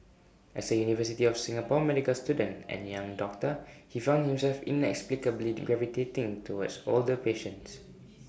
as A university of Singapore medical student and young doctor he found himself inexplicably gravitating towards older patients